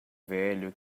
velho